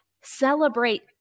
Celebrate